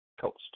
coast